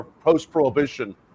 post-prohibition